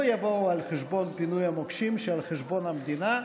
יבואו על חשבון פינויי המוקשים שעל חשבון המדינה,